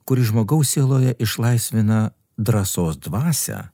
kuris žmogaus sieloje išlaisvina drąsos dvasią